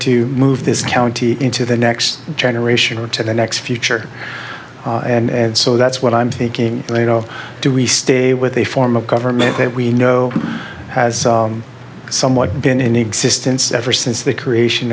to move this county into the next generation or to the next future and so that's what i'm thinking you know do we stay with a form of government that we know has somewhat been in existence ever since the creation